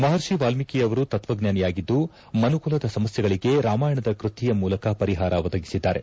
ಮಹರ್ಷ ವಾಲ್ಮೀಕಿಯವರು ತತ್ವಜ್ಞಾನಿಯಾಗಿದ್ದು ಮನುಕುಲದ ಸಮಸ್ಥೆಗಳಿಗೆ ರಾಮಾಯಣದ ಕೃತಿಯ ಮೂಲಕ ಪರಿಹಾರ ಪದಗಿಸಿದ್ದಾರೆ